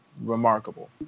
remarkable